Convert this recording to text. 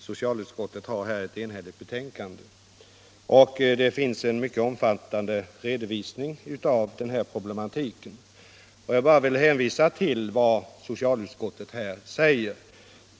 Herr talman! Socialutskottet har här ett enhälligt betänkande. Det finns däri en mycket omfattande redovisning av den här problematiken, och jag vill här bara kort sammanfatta vad socialutskottet säger.